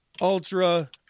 Ultra